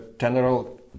general